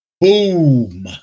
boom